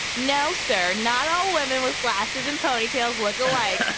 no, sir. not all women with glasses and ponytails look alike.